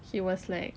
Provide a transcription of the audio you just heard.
he was like